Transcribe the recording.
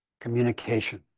communication